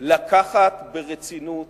להביא בחשבון ברצינות